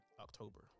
October